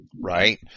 right